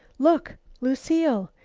look, lucile!